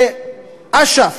שאש"ף,